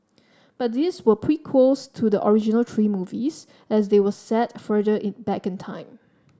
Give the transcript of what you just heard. but these were prequels to the original three movies as they were set further in back in time